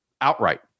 outright